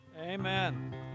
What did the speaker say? Amen